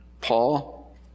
Paul